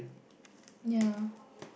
ya